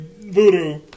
Voodoo